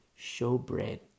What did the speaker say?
Showbread